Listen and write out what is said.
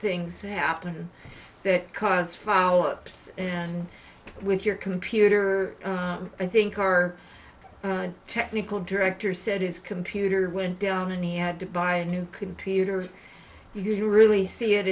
things happening that cause follow ups and with your computer i think our technical director said his computer went down and he had to buy a new computer you really see it